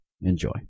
enjoy